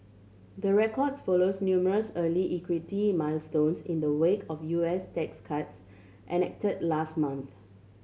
the records follows numerous earlier equity milestones in the wake of U S tax cuts enact last month